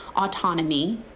autonomy